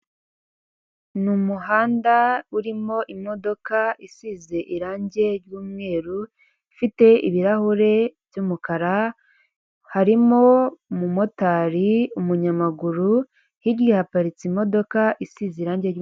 Ni numuhanda urimo imodoka isize irangi ry'umweru, ifite ibirahure by'umukara harimo umumotari, umunyamaguru, hirya ya haparitse imodoka isize irangi